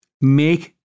make